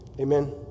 Amen